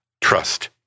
trust